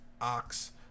ox